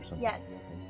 Yes